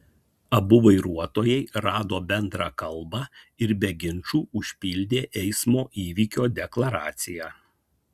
abu vairuotojai rado bendrą kalbą ir be ginčų užpildė eismo įvykio deklaraciją